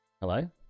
Hello